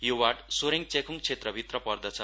यो वार्ड सोरेड च्याख्ङ क्षेत्रभित्र पर्दछ